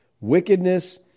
wickedness